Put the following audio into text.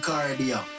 Cardio